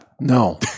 no